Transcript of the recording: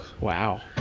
Wow